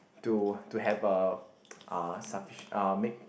to to have a uh make